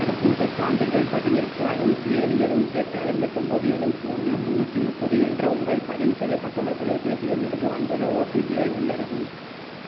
தடுப்பூசிச் சான்றிதழ் பதிவிற்கு அறுபத்தி ஏழு எழுவத்தி எட்டு ஐம்பத்தொம்போது எழுவத்தி ஒன்று முந்நூத்தி முப்பது என்ற உங்கள் பதிவு செய்யப்பட்டுள்ள தொலைபேசி எண்ணிற்கு வந்துள்ள ஓடிபிஐ உள்ளிடவும்